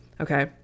Okay